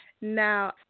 Now